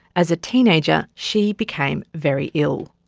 as a teenager she became very ill.